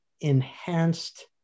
enhanced